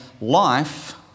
life